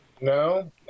No